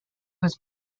was